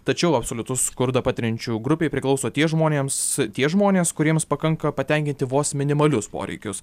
tačiau absoliutų skurdą patiriančiųjų grupei priklauso tie žmonėms tie žmonės kuriems pakanka patenkinti vos minimalius poreikius